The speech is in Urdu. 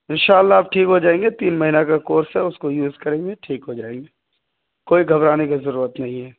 ان شاء اللہ آپ ٹھیک ہو جائیں گے تین مہینہ کا کورس ہے اس کو یوز کریں گے ٹھیک ہو جائیں گے کوئی گھبرانے کی ضرورت نہیں ہے